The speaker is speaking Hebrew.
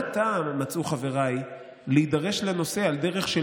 מה טעם מצאו חבריי להידרש לנושא על דרך של